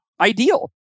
ideal